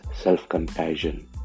self-compassion